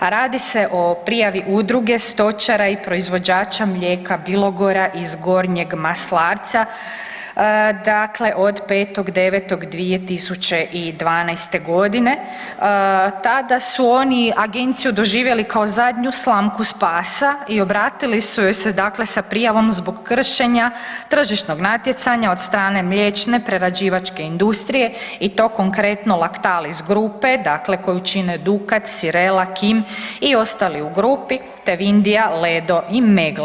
a radi se o prijavi Udruge stočara i proizvođača mlijeka Bilogora iz Gornjeg Maslarca dakle, od 5.9.2012. g. Tada su oni Agenciju doživjeli kao zadnju slamku spasa i obratili su joj se dakle sa prijavom zbog kršenja tržišnog natjecanja od strane mliječne prerađivačke industrije i to konkretno, Lactal iz grupe dakle koju čime Dukat, Sirela, Kim i ostali u grupi, te Vindija, Ledo i Meggle.